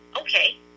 Okay